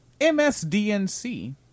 MSDNC